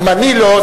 אם אני לא,